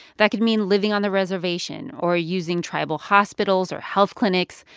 that could mean living on the reservation or using tribal hospitals or health clinics,